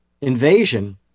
invasion